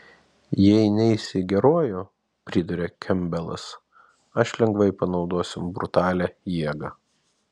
jei neisi geruoju priduria kempbelas aš lengvai panaudosiu brutalią jėgą